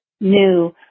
new